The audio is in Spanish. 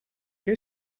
qué